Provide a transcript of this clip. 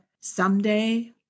someday